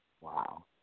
wow